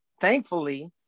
thankfully